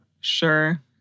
Sure